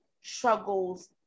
struggles